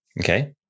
Okay